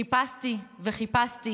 חיפשתי וחיפשתי